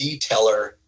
detailer